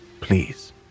Please